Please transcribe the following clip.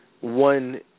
one